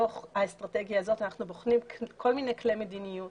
בתוך האסטרטגיה הזאת אנחנו בוחנים כל מיני כלי מדיניות.